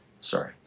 Sorry